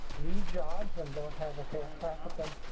need jobs and don't have a fair crack at them.